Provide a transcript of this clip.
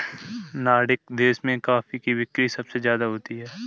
Nordic देशों में coffee की बिक्री सबसे ज्यादा होती है